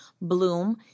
bloom